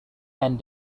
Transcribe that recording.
and